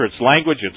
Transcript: language